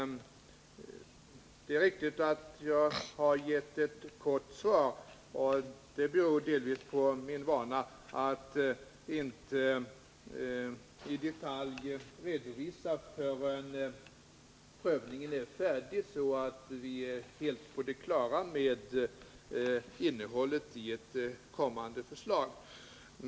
Det är riktigt att jag har lämnat ett kort svar, och det beror delvis på min vana att inte i detalj redovisa någonting förrän en ingående prövning är färdig så att vi är helt på det klara med innehållet i ett kommande förslag.